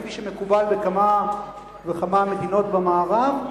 כפי שמקובל בכמה וכמה מדינות במערב.